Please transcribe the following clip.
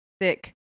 thick